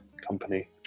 Company